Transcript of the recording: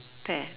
pear